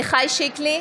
עמיחי שיקלי,